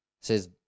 says